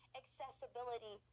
accessibility